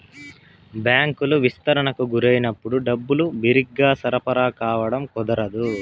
బ్యాంకులు విస్తరణకు గురైనప్పుడు డబ్బులు బిరిగ్గా సరఫరా కావడం కుదరదు